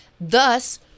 thus